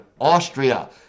Austria